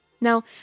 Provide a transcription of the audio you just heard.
Now